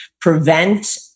prevent